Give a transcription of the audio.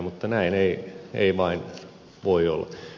mutta näin ei vain voi olla